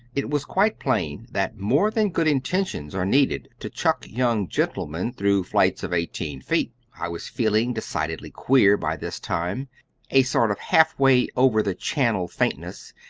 it was quite plain that more than good intentions are needed to chuck young gentlemen through flights of eighteen feet. i was feeling decidedly queer by this time a sort of half-way-over-the-channel faintness,